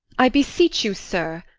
i beseech you, sir,